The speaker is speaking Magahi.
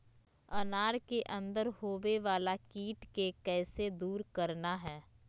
अनार के अंदर होवे वाला कीट के कैसे दूर करना है?